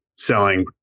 Selling